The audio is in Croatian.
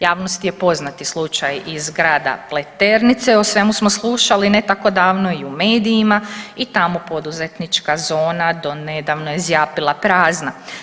Javnosti je poznati slučaj iz grada Pleternice, o svemu smo slušali ne tako davno i u medijima i tamo poduzetnička zona do nedavno je zjapila prazna.